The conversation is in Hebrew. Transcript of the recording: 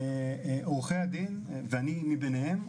עורכי הדין ואני מבניהם,